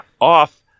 off